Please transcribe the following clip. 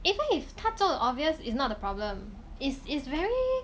even if 它皱到很 obvious is not the problem is is very